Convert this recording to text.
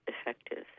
effective